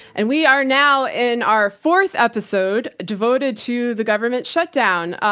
and we are now in our fourth episode devoted to the government shutdown.